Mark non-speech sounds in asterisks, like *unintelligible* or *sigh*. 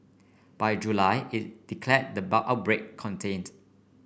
by July it declared the *unintelligible* outbreak contained